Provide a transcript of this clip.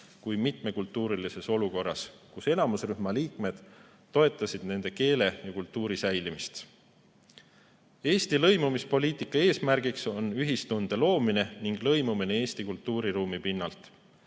kui mitmekultuurilises olukorras, kus enamusrühma liikmed toetavad nende keele ja kultuuri säilimist. Eesti lõimumispoliitika eesmärk on ühistunde loomine ning lõimumine Eesti kultuuriruumi pinnalt.